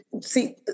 See